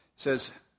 Says